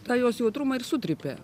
tą jos jautrumą ir sutrypė